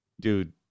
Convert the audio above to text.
Dude